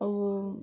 ଆଉ